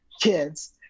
kids